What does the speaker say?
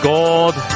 Gold